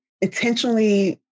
intentionally